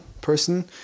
person